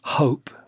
hope